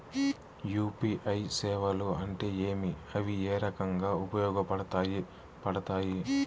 UPI సేవలు అంటే ఏమి, అవి ఏ రకంగా ఉపయోగపడతాయి పడతాయి?